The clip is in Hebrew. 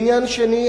עניין שני,